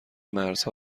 مرزها